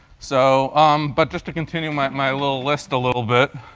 so um but just to continue my little list a little bit.